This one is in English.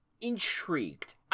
intrigued